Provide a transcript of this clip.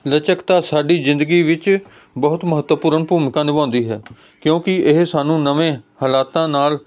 ਲਚਕਤਾ ਸਾਡੀ ਜ਼ਿੰਦਗੀ ਵਿੱਚ ਬਹੁਤ ਮਹੱਤਵਪੂਰਨ ਭੂਮਿਕਾ ਨਿਭਾਉਂਦੀ ਹੈ ਕਿਉਂਕਿ ਇਹ ਸਾਨੂੰ ਨਵੇਂ ਹਾਲਾਤਾਂ ਨਾਲ